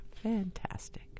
fantastic